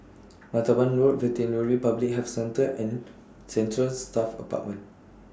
Martaban Road Veterinary Public Health Centre and Central Staff Apartment